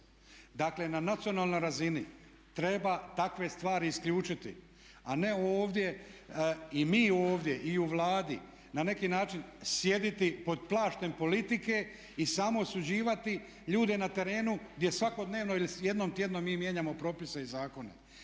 Dakle, na nacionalnoj razini treba takve stvari isključiti, a ne ovdje i mi ovdje i u Vladi na neki način sjediti pod plaštem politike i samo osuđivati ljude na terenu gdje svakodnevno ili jednom tjedno mi mijenjamo propise i zakone.